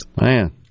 Man